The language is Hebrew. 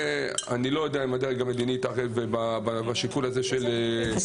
אני לא יודע אם הדרג המדיני התערב בשיקול הזה של --- סליחה,